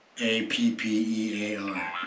A-P-P-E-A-R